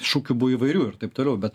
šūkių buvo įvairių ir taip toliau bet